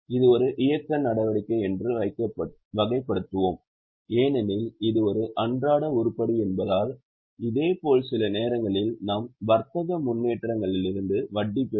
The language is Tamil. இது ஒரு இயக்க நடவடிக்கை என்று வகைப்படுத்துவோம் ஏனெனில் இது ஒரு அன்றாட உருப்படி என்பதால் இதேபோல் சில நேரங்களில் நாம் வர்த்தக முன்னேற்றங்களிலிருந்து வட்டி பெறுவோம்